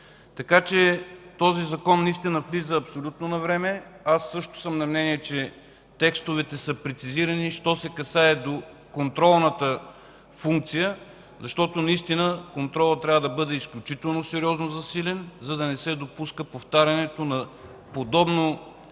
Така че този Законопроект влиза абсолютно навреме. Аз също съм на мнение, че текстовете са прецизирани, що се касае до контролната функция. Контролът трябва да бъде изключително сериозно засилен, за да н`е се допуска повтарянето на нещо, подобно